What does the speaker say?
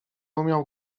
umiał